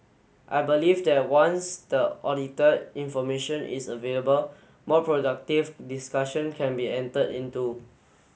I believe that once the audited information is available more productive discussion can be enter into